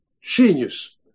genius